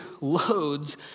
loads